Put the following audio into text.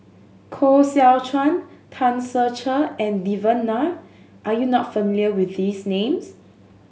Koh Seow Chuan Tan Ser Cher and Devan Nair are you not familiar with these names